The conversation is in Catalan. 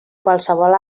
qualsevol